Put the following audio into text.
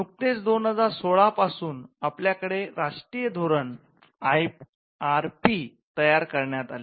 नुकतेच २०१६ पासून आपल्याकडे राष्ट्रीय धोरण आइ आर पी तयार करण्यात आले